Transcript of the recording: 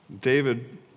David